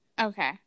Okay